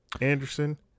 anderson